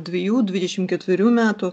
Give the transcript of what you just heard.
dvejų dvidešimt ketverių metų